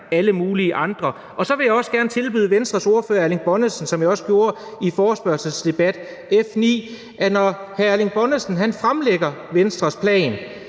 alle mulige andre? Og så vil jeg også gerne tilbyde Venstres ordfører hr. Erling Bonnesen det samme, som jeg også gjorde under forespørgselsdebatten af F 9, nemlig at når hr. Erling Bonnesen fremlægger Venstres plan,